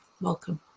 Welcome